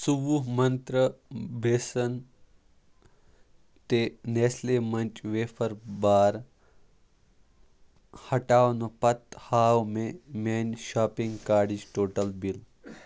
ژوٛوُہ منٛترٛا بیسن تہِ نیسلے منٛچ ویفر بار ہٹاونہٕ پَتہٕ ہاو مےٚ میٛانہِ شاپِنٛگ کارٹٕچ ٹوٹل بِل